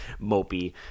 mopey